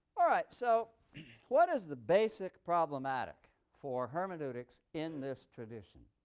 all right. so what is the basic problematic for hermeneutics in this tradition?